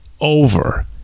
over